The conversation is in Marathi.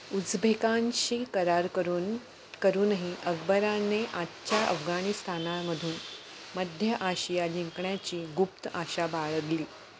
उझभेकांशी करार करून करूनही अकबराने आजच्या अफगाणिस्तानामधून मध्य आशिया जिंकण्याची गुप्त आशा बाळगली